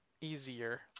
easier